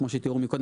כמו שתיארו קודם,